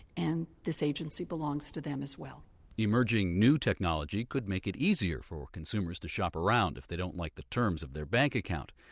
and this agency belongs to them as well emerging, new technology could make it easier for consumers to shop around if they don't like the terms of their bank account.